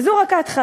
וזו רק ההתחלה.